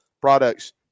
products